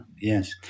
yes